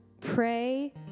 pray